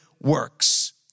works